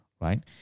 right